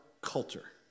culture